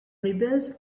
rebels